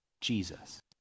Jesus